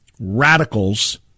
radicals